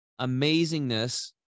amazingness